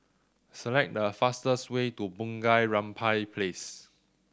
select the fastest way to Bunga Rampai Place